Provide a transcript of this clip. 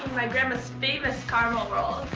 my grandma's famous caramel rolls.